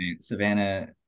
Savannah